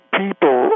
people